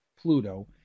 Pluto